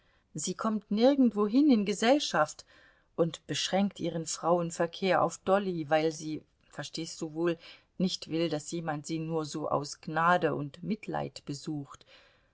sie kommt nirgendwohin in gesellschaft und beschränkt ihren frauenverkehr auf dolly weil sie verstehst du wohl nicht will daß jemand sie nur so aus gnade und mitleid besucht